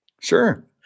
sure